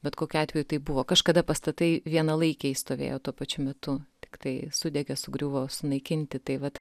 bet kokiu atveju tai buvo kažkada pastatai vienalaikiai stovėjo tuo pačiu metu tiktai sudegė sugriuvo sunaikinti tai vat